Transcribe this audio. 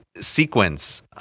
sequence